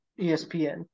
espn